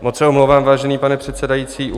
Moc se omlouvám, vážený pane předsedající.